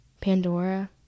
pandora